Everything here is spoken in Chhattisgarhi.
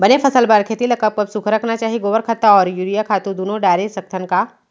बने फसल बर खेती ल कब कब सूखा रखना चाही, गोबर खत्ता और यूरिया खातू दूनो डारे सकथन का?